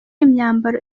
imyambaro